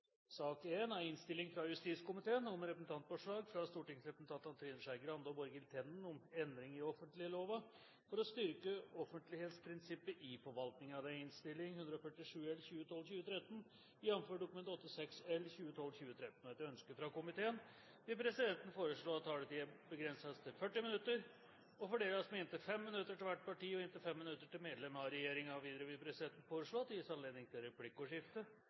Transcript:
fra justiskomiteen vil presidenten foreslå at taletiden blir begrenset til 40 minutter og fordeles med inntil 5 minutter til hvert parti og inntil 5 minutter til medlem av regjeringen. Videre vil presidenten foreslå at det gis anledning til inntil tre replikker med svar etter innlegg fra